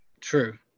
true